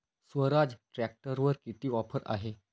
स्वराज ट्रॅक्टरवर किती ऑफर आहे?